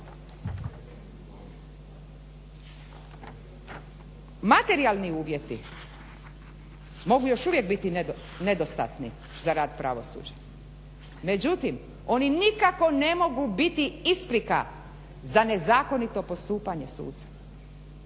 Materijalni uvjeti mogu još uvijek biti nedostatni za rad pravosuđa. Međutim, oni nikako ne mogu biti isprika za nezakonito postupanje suca.